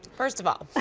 first of all,